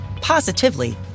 positively